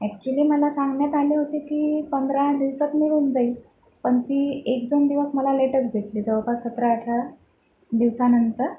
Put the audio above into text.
actually मला सांगण्यात आले होते की पंधरा दिवसांत मिळून जाईल पण ती एकदोन दिवस मला लेटच भेटली जवळपास सतराअठरा दिवसानंतर